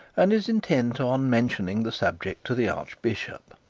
and is intent on mentioning the subject to the archbishop.